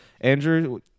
Andrew